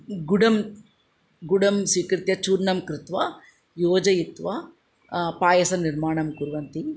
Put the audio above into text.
गुडं गुडं स्वीकृत्य चूर्णं कृत्वा योजयित्वा पायसनिर्माणं कुर्वन्ति